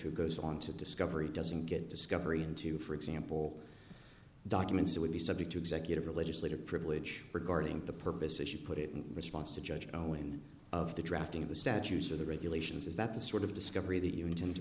who goes on to discovery doesn't get discovery into for example documents that would be subject to executive or legislative privilege regarding the purpose as you put it in response to judge you know one of the drafting of the statutes or the regulations is that the sort of discovery that you intend to